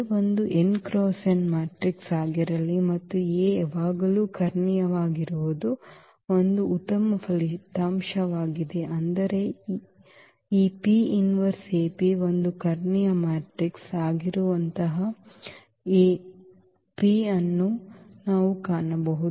A ಒಂದು n × n matrix ಆಗಿರಲಿ ಮತ್ತು A ಯಾವಾಗಲೂ ಕರ್ಣೀಯವಾಗಿರುವುದು ಒಂದು ಉತ್ತಮ ಫಲಿತಾಂಶವಾಗಿದೆ ಅಂದರೆ ಈ ಒಂದು ಕರ್ಣೀಯ ಮ್ಯಾಟ್ರಿಕ್ಸ್ ಆಗಿರುವಂತಹ A P ಅನ್ನು ನಾವು ಕಾಣಬಹುದು